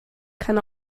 kann